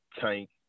Tank